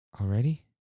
Already